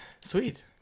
Sweet